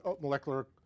molecular